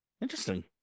Interesting